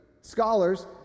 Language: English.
scholars